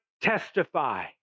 testify